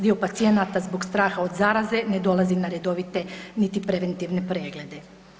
Dio pacijenata zbog straha od zaraze ne dolazi na redovite niti preventivne preglede.